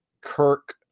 kirk